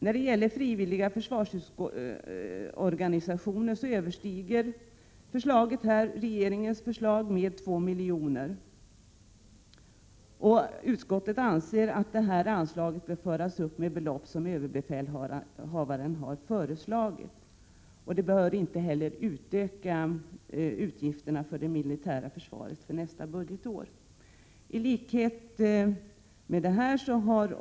Då det gäller frivilliga försvarsorganisationer överstiger vårt förslag regeringens med 2 milj.kr. Utskottet anser att detta anslag bör föras upp med belopp som överbefälhavaren har föreslagit. Det behöver heller inte öka utgifterna för det militära försvaret för nästa budgetår.